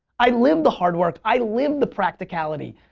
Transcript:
i live the hard work. i live the practicality.